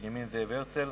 בנימין זאב הרצל.